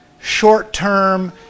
short-term